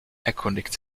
erkundigt